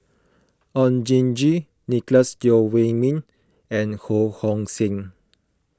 Oon Jin Gee Nicolette Teo Wei Min and Ho Hong Sing